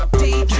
d